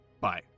bye